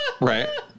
Right